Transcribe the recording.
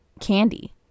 candy